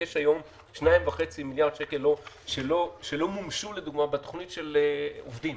יש היום 2.5 מיליארד שקל שלא מומשו לדוגמה בתוכנית של השמת עובדים